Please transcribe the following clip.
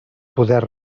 poder